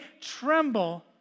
tremble